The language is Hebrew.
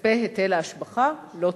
מכספי היטל ההשבחה לא תיפגע.